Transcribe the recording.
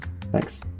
Thanks